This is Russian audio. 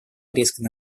корейской